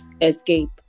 escape